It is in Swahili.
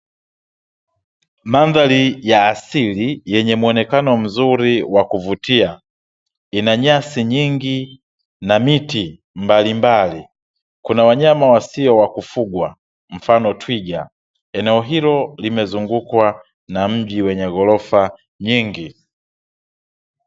Mandhari ya asili yenye mwonekano mzuri wa kuvutia, ina nyasi nyingi na miti mbalimbali, kuna wanyama wasio wa kufugwa mfano twiga, eneo hilo limezungukwa na mji wenye ghorofa nyingi.